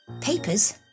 Papers